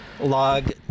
log